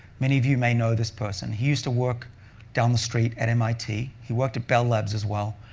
many of you may know this person. he used to work down the street at mit. he worked at bell labs as well,